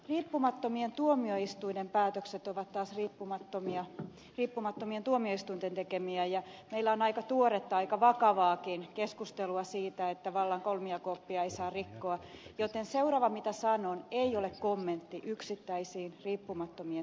riippumattomien tuomioistuinten päätökset ovat taas riippumattomien tuomioistuinten tekemiä ja meillä on aika tuoretta aika vakavaakin keskustelua siitä että vallan kolmijako oppia ei saa rikkoa joten seuraava mitä sanon ei ole kommentti yksittäisiin riippumattomien tuomioistuinten sanomisiin